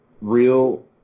real